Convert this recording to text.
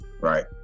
Right